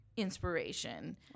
inspiration